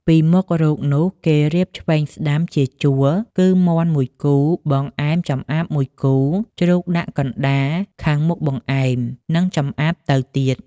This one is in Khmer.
ពីមុខរូបនោះ គេ រៀបឆ្វេង-ស្តាំជាជួរ គឺ មាន់ ១គូ បង្អែម ចម្អាប ១គូ ជ្រូកដាក់កណ្តាលខាងមុខបង្អែម និងចម្អាបទៅទៀត ។